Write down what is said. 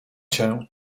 cię